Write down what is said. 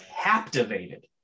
captivated